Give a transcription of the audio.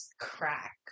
crack